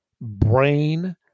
brain